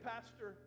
Pastor